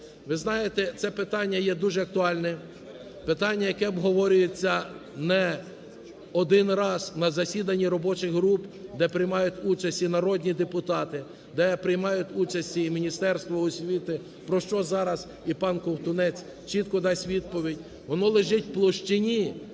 Ви знаєте, це питання є дуже актуальне, питання, яке обговорюється не один раз на засіданні робочих груп, де приймають участь і народні депутатів, де приймають участь і Міністерство освіти, про що зараз і панКовтунець чітко дасть відповідь. Воно лежить в площині